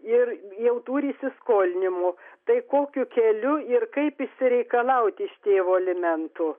ir jau turi įsiskolinimų tai kokiu keliu ir kaip išsireikalauti iš tėvo alimentų